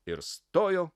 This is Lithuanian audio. ir stojo